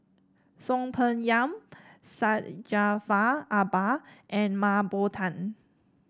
Soon Peng Yam Syed Jaafar Albar and Mah Bow Tan